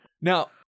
now